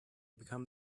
become